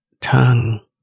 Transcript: Tongue